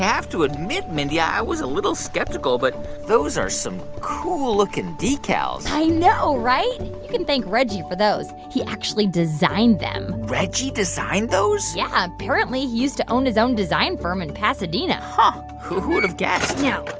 to admit, mindy, i was a little skeptical, but those are some cool-looking decals i know, right? you can thank reggie for those. he actually designed them reggie designed those? yeah. apparently, he used to own his own design firm in pasadena huh. who who would've guessed? now,